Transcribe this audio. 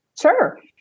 Sure